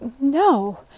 no